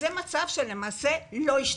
זה מצב שלא השתנה.